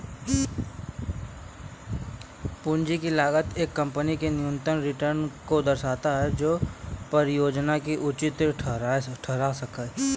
पूंजी की लागत एक कंपनी के न्यूनतम रिटर्न को दर्शाता है जो परियोजना को उचित ठहरा सकें